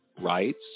rights